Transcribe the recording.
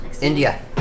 India